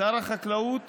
שר החקלאות